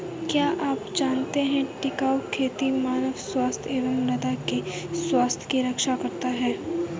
क्या आप जानते है टिकाऊ खेती मानव स्वास्थ्य एवं मृदा की स्वास्थ्य की रक्षा करता हैं?